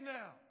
now